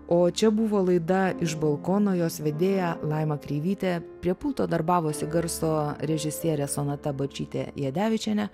o čia buvo laida iš balkono jos vedėja laima kreivytė prie pulto darbavosi garso režisierė sonata barčytė jadevičienė